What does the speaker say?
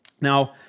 Now